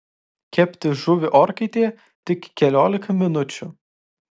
kepti žuvį orkaitėje tik keliolika minučių